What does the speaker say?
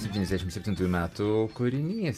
septyniasdešim septintųjų metų kūrinys